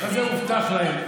מה זה "הובטח להם"?